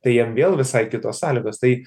tai jiem vėl visai kitos sąlygos tai